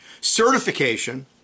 certification